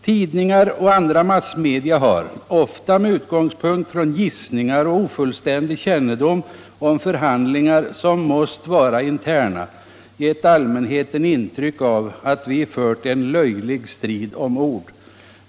Tidningar och andra massmedia har — ofta med utgångspunkt i gissningar och ofullständig kännedom om förhandlingar, som måst vara interna — gett allmänheten intryck av att vi fört en löjlig strid om ord.